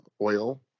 oil